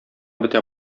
бетә